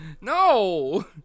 No